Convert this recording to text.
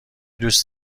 دوست